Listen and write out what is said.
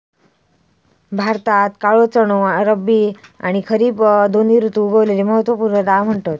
भारतात काळो चणो खरीब आणि रब्बी दोन्ही ऋतुत उगवलेली महत्त्व पूर्ण डाळ म्हणतत